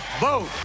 vote